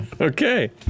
Okay